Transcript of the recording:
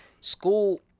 school